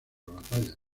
batallas